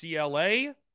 CLA